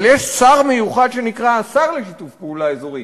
אבל יש שר מיוחד שנקרא השר לשיתוף פעולה אזורי.